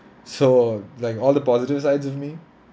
so like all the positive sides of me